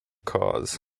cause